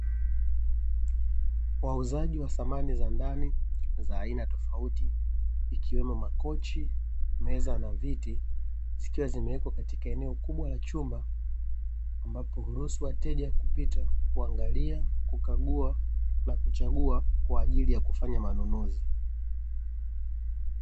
Wauzaji wa samani za ndani za aina tofauti, ikiwemo makochi, meza na viti zikiwa zimewekwa katika eneo kubwa la chumba, ambapo huruhusu wateja kupita , kuangalia, kukagua na kuchagua kwaajili ya kufanya manunuzi.